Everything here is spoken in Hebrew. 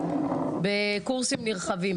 בקורסים נרחבים,